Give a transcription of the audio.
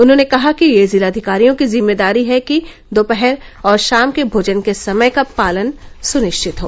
उन्होंने कहा कि ये जिलाधिकारियों की जिम्मेदारी है कि दोपहर और शाम के भोजन के समय का पालन सुनिश्चित हो